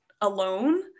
alone